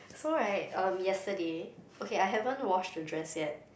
so right um yesterday okay I haven't wash the dress yet